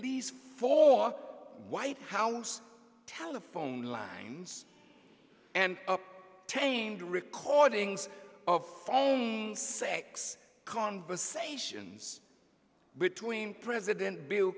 least for the white house telephone lines and tamed recordings of phone sex conversations between president bill